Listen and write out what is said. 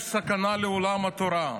יש סכנה לעולם התורה,